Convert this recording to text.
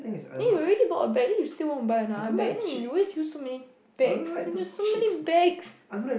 then you already bought a bag then you still want buy another bag then you always use so many bags you just so many bags